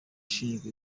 ashinjwa